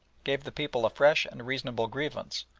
gave the people a fresh and reasonable grievance,